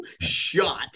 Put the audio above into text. shot